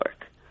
work